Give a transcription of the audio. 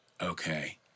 Okay